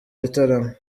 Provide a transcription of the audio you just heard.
gitaramo